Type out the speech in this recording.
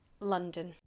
London